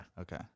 Okay